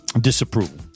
Disapproval